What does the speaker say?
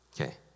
Okay